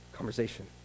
conversation